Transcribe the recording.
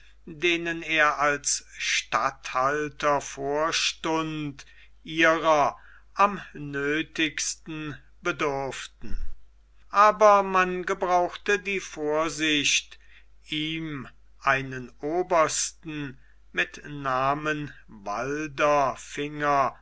denen er als statthalter vorstand ihrer am nöthigsten bedurften aber man gebrauchte die vorsicht ihm einen obersten mit namen